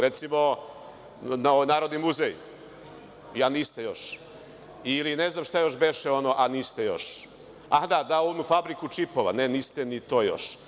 Recimo, Narodni muzej, a niste još, ili ne znam šta još beše, a niste još, a da onu fabriku čipova, ne, niste ni to još.